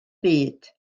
byd